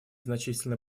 значительный